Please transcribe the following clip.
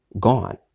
gone